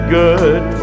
good